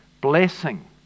blessing